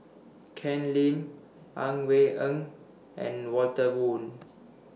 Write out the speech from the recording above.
Ken Lim Ang Wei Eng and Walter Woon